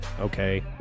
Okay